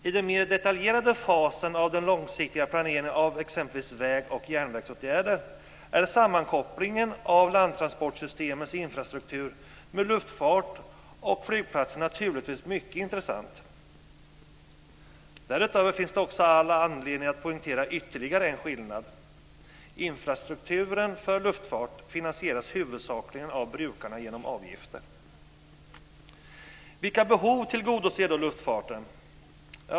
I den mer detaljerade fasen av den långsiktiga planeringen av t.ex. väg och järnvägsåtgärder är sammankopplingen av landtransportsystemens infrastruktur med luftfart och flygplatser naturligtvis mycket intressant. Därutöver finns det all anledning att poängtera ytterligare en skillnad, nämligen att infrastrukturen för luftfart huvudsakligen finansieras av brukarna genom avgifter. Vilka behov tillgodoser då luftfarten?